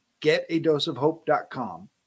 getadoseofhope.com